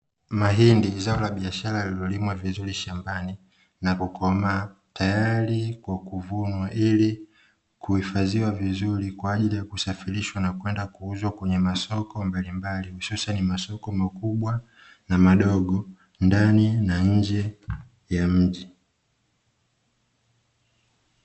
Mahindi zao la biashara lililolimwa vizuri shambani, na kukomaa tayali kwa kivunwa, ili kuhifadhiwa vizuri kwaajili kusafirishwa na kwenda kuuzwa kwenye masoko mbalimbali hususa ni masoko makubwa na madogo ndani na nje ya mji.